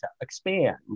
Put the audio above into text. expand